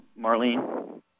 Marlene